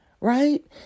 right